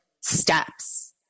steps